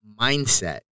mindset